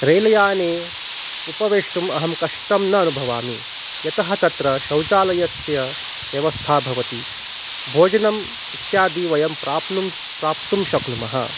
रेलयाने उपवेष्टुम् अहं कष्टं न अनुभवामि यतः तत्र शौचालयस्य व्यवस्था भवति भोजनम् इत्यादि वयं प्राप्तुं प्राप्तुं शक्नुमः